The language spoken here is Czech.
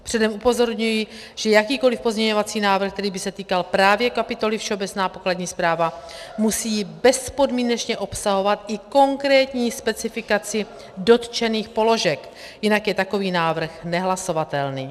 Předem upozorňuji, že jakýkoli pozměňovací návrh, který by se týkal právě kapitoly Všeobecná pokladní správa, musí bezpodmínečně obsahovat i konkrétní specifikaci dotčených položek, jinak je takový návrh nehlasovatelný.